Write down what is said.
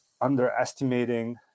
underestimating